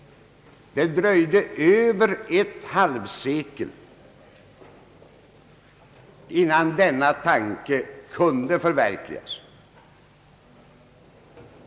Det dröjde över ett halvsekel innan denna tanke kunde förverkligas.